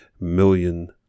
million